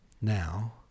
now